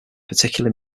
particular